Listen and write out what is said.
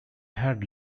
had